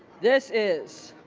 this is